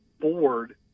board